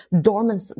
dormant